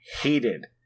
hated